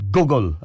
Google